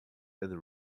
and